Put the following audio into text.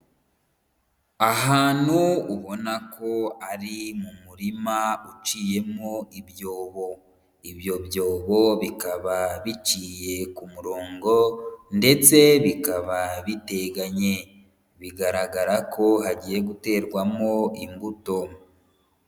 Ahantu ubona ko ari mu murima uciyemo ibyobo, ibyo byobo bikaba biciye ku murongo ndetse bikaba biteganye, bigaragara ko hagiye guterwamo imbuto.